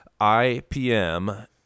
IPM